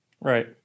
Right